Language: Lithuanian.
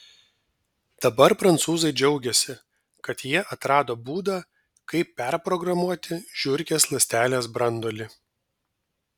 dabar prancūzai džiaugiasi kad jie atrado būdą kaip perprogramuoti žiurkės ląstelės branduolį